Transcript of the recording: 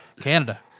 Canada